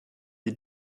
die